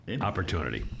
opportunity